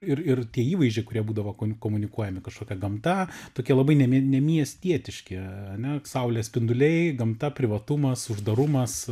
ir ir tie įvaizdžiai kurie būdavo kom komunikuojami kažkokia gamta tokie labai ne mie ne miestietiški ane saulės spinduliai gamta privatumas uždarumas